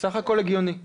סך הכול הגיוני.